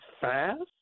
fast